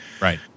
Right